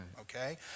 okay